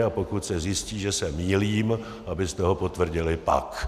A pokud se zjistí, že se mýlím, abyste ho potvrdili pak.